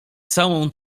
całą